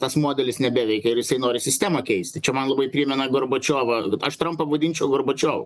tas modelis nebeveikia ir jisai nori sistemą keisti čia man labai primena gorbačiovą aš trampą vadinčiau gorbačiovu